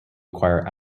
acquire